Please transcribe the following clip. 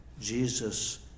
Jesus